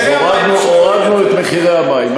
הורדנו את מחירי המים.